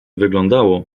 wyglądało